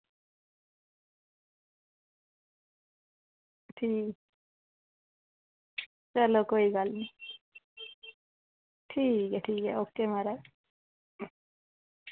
ठीक चलो कोई गल्ल निं ठीक ऐ ठीक ऐ ओके महाराज